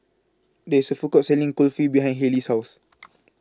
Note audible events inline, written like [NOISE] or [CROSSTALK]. There IS A Food Court Selling Kulfi behind Hayley's House [NOISE]